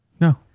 No